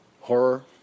horror